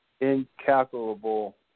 Incalculable